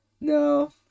No